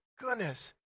goodness